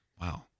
Wow